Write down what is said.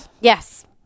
Yes